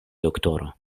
doktoro